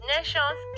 Nations